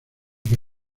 que